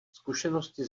zkušenosti